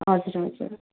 हजुर हजुर